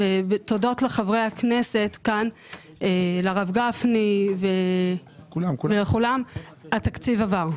ותודות לחברי הכנסת, לרב גפני ולכולם, התקציב עבר.